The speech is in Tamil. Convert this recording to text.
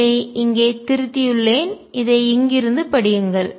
இதை இங்கே திருத்தியுள்ளேன் இதை இங்கிருந்து படியுங்கள்